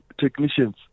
technicians